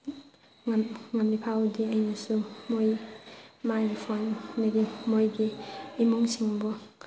ꯉꯝꯃꯤꯐꯥꯎꯕꯗꯤ ꯑꯩꯅꯁꯨ ꯃꯣꯏ ꯃꯥꯒꯤ ꯐꯣꯟꯗꯒꯤ ꯃꯣꯏꯒꯤ ꯏꯃꯨꯡꯁꯤꯡꯕꯨ